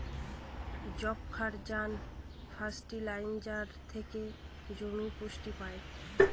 যবক্ষারজান ফার্টিলাইজার থেকে জমি পুষ্টি পায়